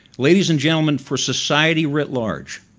ladies and gentlemen, for society writ large,